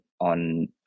on